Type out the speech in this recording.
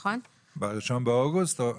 לא,